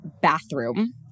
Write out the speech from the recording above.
bathroom